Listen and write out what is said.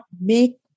make